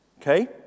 Okay